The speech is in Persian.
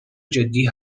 جدی